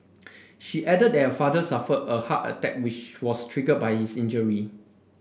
she added that her father suffered a heart attack which was triggered by his injury